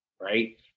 right